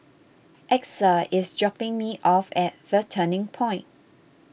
Exa is dropping me off at the Turning Point